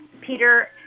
Peter